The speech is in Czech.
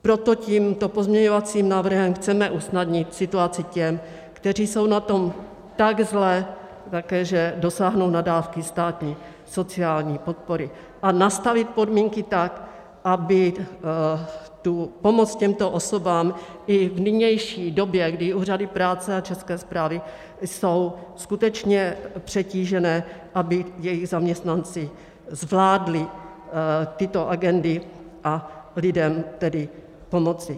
Proto tímto pozměňovacím návrhem chceme usnadnit situaci těm, kteří jsou na tom tak zle, že dosáhnou na dávky státní sociální podpory, a nastavit podmínky tak, aby pomoc těmto osobám i v nynější době, kdy úřady práce a České správy jsou skutečně přetížené, aby jejich zaměstnanci zvládli tyto agendy, a lidem tedy pomoci.